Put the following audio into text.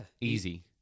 Easy